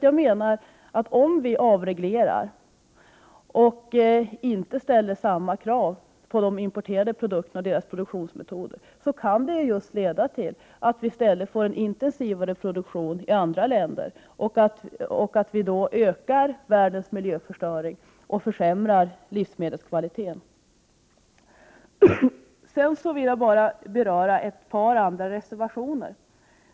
Jag menar att även om vi avreglerar och inte ställer samma krav på de importerade produkterna och deras produktionsmetoder, kan det i stället leda till en intensivare produktion i andra länder och till att man då ökar världens miljöförstöring och försämrar livsmedelskvaliteten. Sedan vill jag beröra ett par andra reservationer.